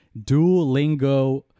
duolingo